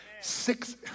Six